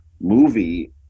movie